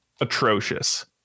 atrocious